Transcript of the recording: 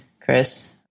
Chris